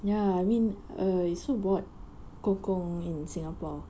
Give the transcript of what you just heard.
ya I mean uh it's so bored kongkong in singapore